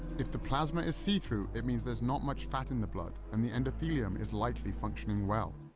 if the plasma is see-through, it means there's not much fat in the blood and the endothelium is likely functioning well.